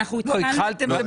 התחלנו.